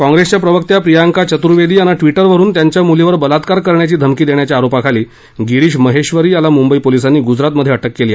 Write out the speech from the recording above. काँग्रेसच्या प्रवक्त्या प्रियांका चतुर्वेदी यांना ट्विटरवरुन त्यांच्या मुलीवर बलात्कार करण्याची धमकी देण्याच्या आरोपाखाली गिरीश महेबरी याला मुंबई पोलिसांनी गुजरातमध्ये अटक केली